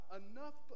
enough